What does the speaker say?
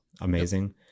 Amazing